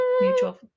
mutual